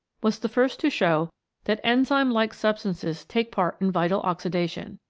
was the first to show that enzyme-like substances take part in vital oxidation.